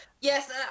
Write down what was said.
Yes